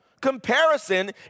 Comparison